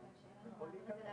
הם צריכים לעשות